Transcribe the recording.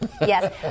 Yes